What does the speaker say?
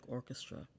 Orchestra